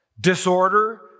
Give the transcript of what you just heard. disorder